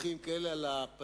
הולכים עם כאלה על הפנים,